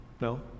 No